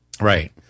Right